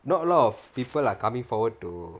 not a lot of people are coming forward to